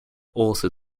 also